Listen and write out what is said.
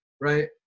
right